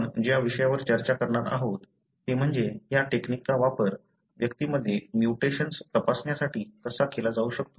आपण ज्या विषयावर चर्चा करणार आहोत ते म्हणजे या टेक्नीकचा वापर व्यक्तींमध्ये म्युटेशन्स तपासण्यासाठी कसा केला जाऊ शकतो